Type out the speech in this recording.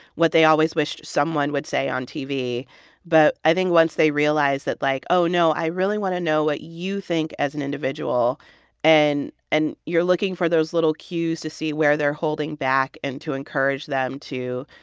what they always wished someone would say on tv but i think once they realize that, like, oh, no, i really want to know what you think as an individual and and you're looking for those little cues to see where they're holding back and to encourage them to,